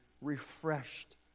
refreshed